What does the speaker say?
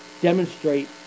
demonstrate